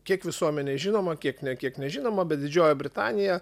kiek visuomenei žinoma kiek ne kiek nežinoma bet didžioji britanija